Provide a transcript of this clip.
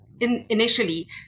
initially